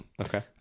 okay